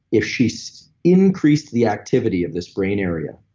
if she so increased the activity of this brain area,